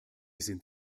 sind